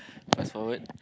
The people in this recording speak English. fast forward